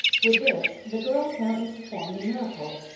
with this the girl apparently performed a miracle,